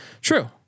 True